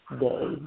day